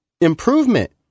improvement